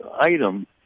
item